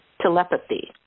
telepathy